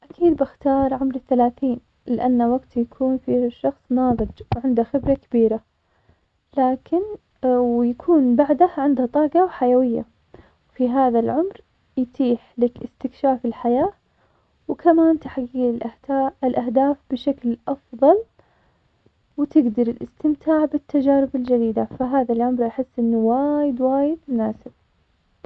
أكيد بختار عمر الثلاثين, لأنه وقت يكون فيه الشخص ناضج, وعنده خبرة كبيرة, لكن - ويكون بعده عنده طاقة وحيوية, في هذا العمر يتيح لك استكشاف الحياة, وكمان تحقيق الأهت- الأهداف بشكل أفضل, وتقدر تستمتع بالتجارب الجميلة, ف هذا العمر أحس إنه وايد وايد مناسب.